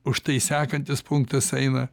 už tai sekantis punktas eina